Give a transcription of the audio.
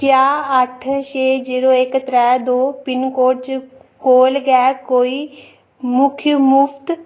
क्या अट्ठ छे जीरो इक त्रै दो पिनकोड च कोल गै कोई मुख्त